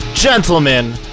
Gentlemen